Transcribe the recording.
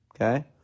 Okay